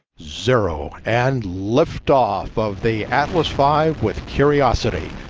zero, and liftoff of the atlas five with curiosity.